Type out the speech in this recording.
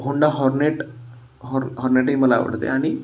Honda Hornet हॉर् हॉर्नेटही मला आवडते आणि